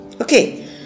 Okay